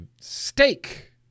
Steak